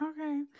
Okay